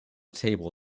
table